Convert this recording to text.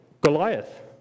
Goliath